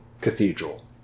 Cathedral